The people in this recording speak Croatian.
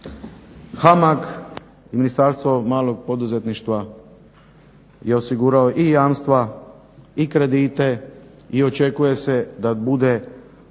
HAMAG, Ministarstvo malog poduzetništva je osigurao i jamstva, i kredite i očekuje se da bude